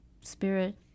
spirit